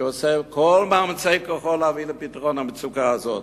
שעושה כל מאמצי כוחו להביא לפתרון המצוקה הזאת.